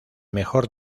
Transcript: mejor